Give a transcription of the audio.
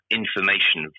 information